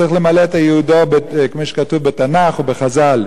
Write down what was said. הוא צריך למלא את ייעודו, כמו שכתוב בתנ"ך ובחז"ל.